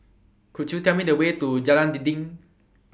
Could YOU Tell Me The Way to Jalan Dinding